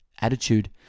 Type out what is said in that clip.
Attitude